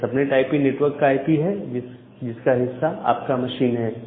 यह सब net IP network का आईपी है जिसका हिस्सा आपका मशीन है